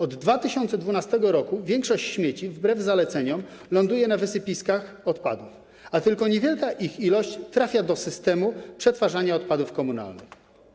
Od 2012 r. większość śmieci wbrew zaleceniom ląduje na wysypiskach odpadów, a tylko niewielka ich ilość trafia do systemu przetwarzania odpadów komunalnych.